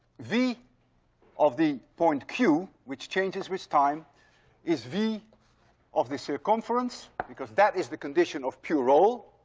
v of the point q which changes with time is v of the circumference, because that is the condition of pure roll.